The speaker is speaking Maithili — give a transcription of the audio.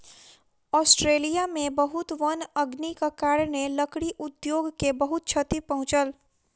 ऑस्ट्रेलिया में बहुत वन अग्निक कारणेँ, लकड़ी उद्योग के बहुत क्षति पहुँचल